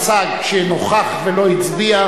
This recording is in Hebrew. הצגת מועמדות לכהונה נוספת של רב ראשי לישראל),